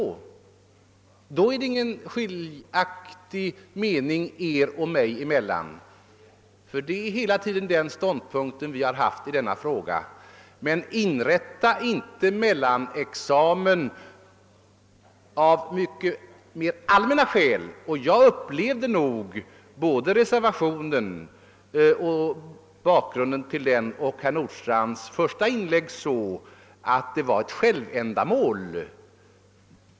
Då är det ingen skiljaktig mening er och mig emellan. Det är hela tiden den ståndpunkt vi har haft i denna fråga. Men inrätta inte en mellanexamen av mycket mer allmänna skäl! Jag uppfattade nog både reservationen och bakgrunden till den samt herr Nordstrandhs första inlägg så, att det var ett självändamål.